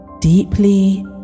deeply